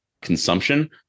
consumption